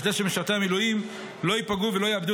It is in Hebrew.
כדי שמשרתי המילואים לא ייפגעו ולא יאבדו